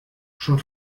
schon